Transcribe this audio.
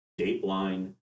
Dateline